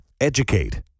Educate